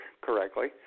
correctly